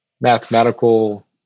mathematical